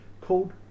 called